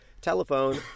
Telephone